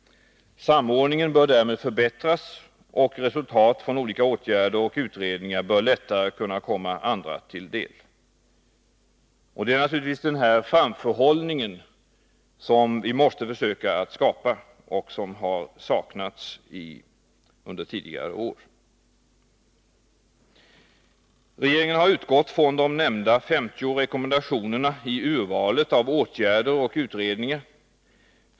Samordningen bör därmed förbättras, och resultat från olika åtgärder och utredningar bör lättare kunna komma andra till del. Det är naturligtvis denna framförhållning som vi måste försöka att skapa, men som har saknats under tidigare år. Regeringen har utgått från de nämnda 50 rekommendationerna i urvalet av åtgärder och utredningar.